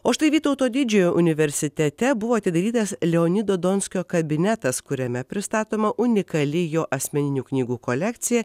o štai vytauto didžiojo universitete buvo atidarytas leonido donskio kabinetas kuriame pristatoma unikali jo asmeninių knygų kolekcija